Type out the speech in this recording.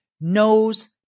knows